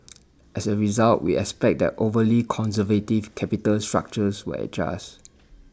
as A result we expect that overly conservative capital structures will adjust